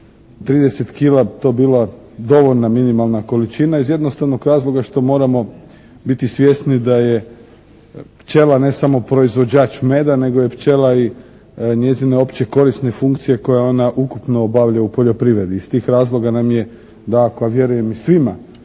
30 kila to bila dovoljna minimalna količina iz jednostavnog razloga što moramo biti svjesni da je pčela ne samo proizvođač meda nego je pčela i njezine opće korisne funkcije koje ona ukupno obavlja u poljoprivredi. Iz tih razloga nam je dakako a vjerujem i svima